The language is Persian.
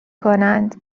کنند